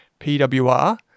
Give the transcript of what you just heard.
PWR